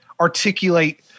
articulate